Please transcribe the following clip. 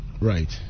Right